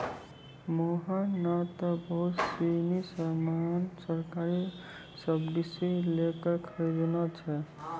मोहन नं त बहुत सीनी सामान सरकारी सब्सीडी लै क खरीदनॉ छै